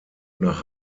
nach